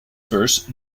verse